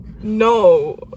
no